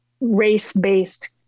race-based